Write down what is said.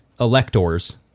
electors